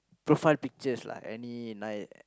profile pictures lah any ni~